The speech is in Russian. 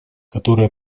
которое